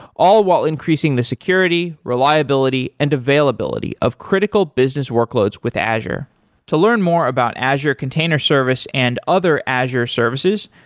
all while increasing the security, reliability and availability of critical business workloads with azure to learn more about azure container service and other azure services,